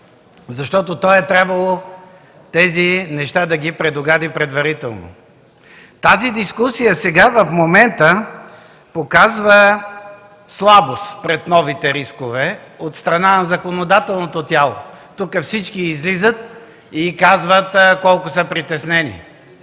защото той е трябвало да предугади предварително тези неща. Тази дискусия в момента показва слабост пред новите рискове от страна на законодателното тяло. Тука всички излизат и казват колко са притеснени.